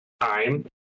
time